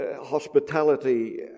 hospitality